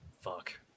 Fuck